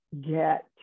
get